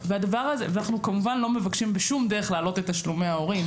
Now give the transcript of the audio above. ואנחנו כמובן לא מבקשים בשום דרך להעלות את תשלומי ההורים.